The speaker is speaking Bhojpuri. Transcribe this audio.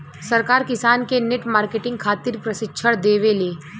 सरकार किसान के नेट मार्केटिंग खातिर प्रक्षिक्षण देबेले?